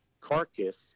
carcass